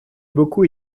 beaucoup